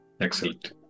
Excellent